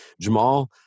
Jamal